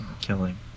killing